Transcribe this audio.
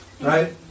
right